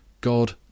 God